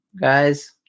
guys